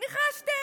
ניחשתם,